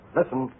Listen